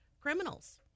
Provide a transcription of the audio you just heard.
criminals